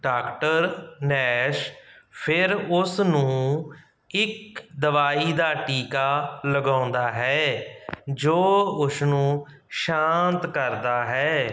doctor Nash ਫਿਰ ਉਸ ਨੂੰ ਇੱਕ ਦਵਾਈ ਦਾ ਟੀਕਾ ਲਗਾਉਂਦਾ ਹੈ ਜੋ ਉਸ ਨੂੰ ਸ਼ਾਂਤ ਕਰਦਾ ਹੈ